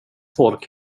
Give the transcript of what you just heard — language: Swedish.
folk